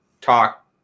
talk